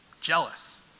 jealous